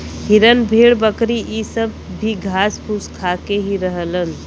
हिरन भेड़ बकरी इ सब भी घास फूस खा के ही रहलन